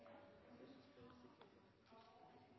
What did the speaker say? Men det